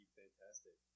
fantastic